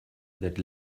that